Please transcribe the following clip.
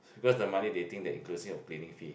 because the money they think that inclusive of cleaning fee